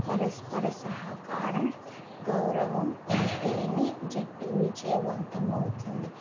పరస్పర సహకారం గౌరవం ఉంటేనే జట్టు విజయవంతంమవుతుంది